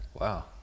Wow